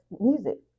music